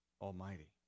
Almighty